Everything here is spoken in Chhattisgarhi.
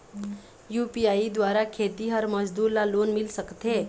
यू.पी.आई द्वारा खेतीहर मजदूर ला लोन मिल सकथे?